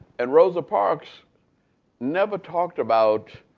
and rosa parks never talked about